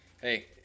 Hey